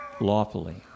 lawfully